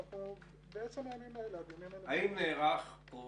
ובעצם הימים האלה --- האם נערך או